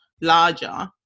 larger